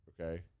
okay